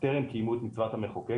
טרם קיימו את מצוות המחוקק,